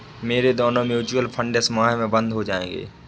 मेरा दोनों mutual fund इस माह में बंद हो जायेगा